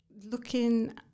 Looking